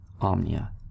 Omnia